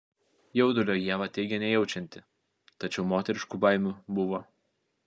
jaudulio ieva teigė nejaučianti tačiau moteriškų baimių buvo